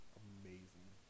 amazing